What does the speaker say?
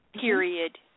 period